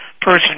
person